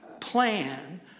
plan